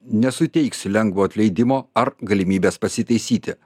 nesuteiksiu lengvo atleidimo ar galimybės pasitaisyti